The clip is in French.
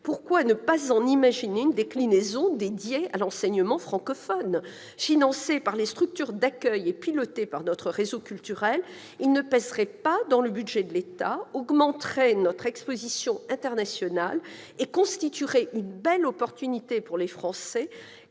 pourquoi ne pas en imaginer une déclinaison dédiée à l'enseignement francophone ? Financée par les structures d'accueil et pilotée par notre réseau culturel, elle ne pèserait pas dans le budget de l'État, augmenterait notre exposition internationale et constituerait une belle opportunité pour des Français